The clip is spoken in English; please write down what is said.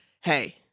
hey